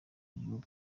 gihugu